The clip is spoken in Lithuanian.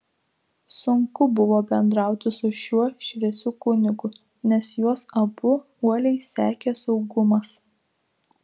sunku buvo bendrauti su šiuo šviesiu kunigu nes juos abu uoliai sekė saugumas